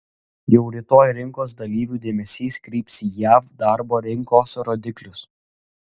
jau rytoj rinkos dalyvių dėmesys kryps į jav darbo rinkos rodiklius